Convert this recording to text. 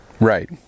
Right